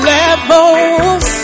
levels